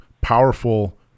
powerful